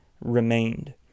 remained